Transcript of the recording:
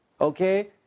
Okay